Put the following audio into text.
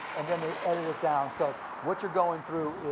and then they edit it down. so what you're going through,